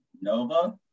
Nova